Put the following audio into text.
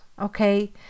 okay